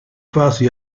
fasi